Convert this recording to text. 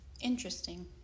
Interesting